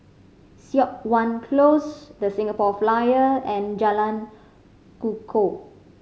Siok Wan Close The Singapore Flyer and Jalan Kukoh